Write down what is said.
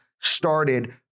started